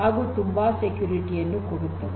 ಹಾಗೂ ತುಂಬಾ ಸೆಕ್ಯೂರಿಟಿ ಯನ್ನು ಕೊಡುತ್ತದೆ